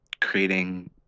creating